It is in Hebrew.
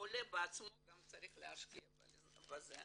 העולה בעצמו גם צריך להשקיע בזה.